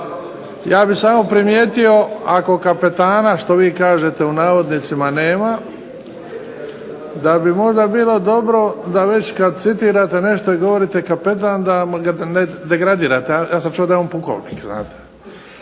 Ja bih samo primijeti ako "kapetana" što vi kažete nema da bi možda bilo dobro da već kada citirate nešto i govorite kapetan da ga ne degradirate. Ja sam čuo da je on pukovnik.